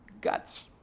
guts